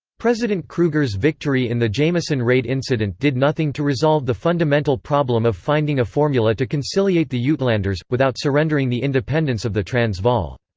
president kruger's victory in the jameson raid incident did nothing to resolve the fundamental problem of finding a formula to conciliate the yeah uitlanders, without surrendering the independence of the transvaal.